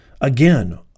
Again